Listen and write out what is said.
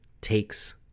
takes